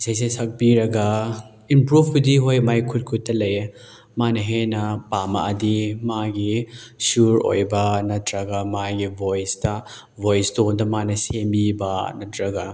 ꯏꯁꯩꯁꯦ ꯁꯛꯄꯤꯔꯒ ꯏꯝꯄ꯭ꯔꯨꯞꯄꯨꯗꯤ ꯍꯣꯏ ꯃꯥꯒꯤ ꯈꯨꯠ ꯈꯨꯠꯇ ꯂꯩꯌꯦ ꯃꯥꯅ ꯍꯦꯟꯅ ꯄꯥꯝꯃꯛꯑꯗꯤ ꯃꯥꯒꯤ ꯁꯨꯔ ꯑꯣꯏꯕ ꯅꯠꯇ꯭ꯔꯒ ꯃꯥꯒꯤ ꯕꯣꯏꯁꯇ ꯕꯣꯏꯁ ꯇꯣꯟꯗ ꯃꯥꯅ ꯁꯦꯝꯃꯤꯕ ꯅꯠꯇ꯭ꯔꯒ